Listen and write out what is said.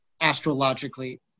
astrologically